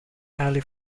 highly